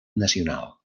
nacional